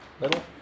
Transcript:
little